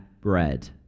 bread